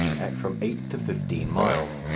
at from eight to fifteen miles,